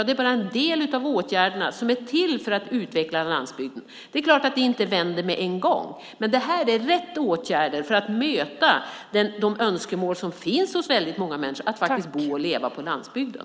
Det är bara en del av åtgärderna som är till för att utveckla landsbygden. Det är klart att det inte vänder med en gång, men det här är rätt åtgärder för att möta de önskemål som finns hos väldigt många människor att få bo och leva på landsbygden.